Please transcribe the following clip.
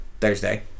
Thursday